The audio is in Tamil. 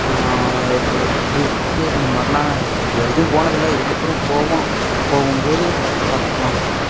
அது ட்ரிப்பு இந்த மாதிரில்லாம் இது வரைக்கும் போனதில்லை இதுக்கப்புறம் போகணும் போகும் போது பார்த்துக்கலாம்